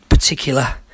particular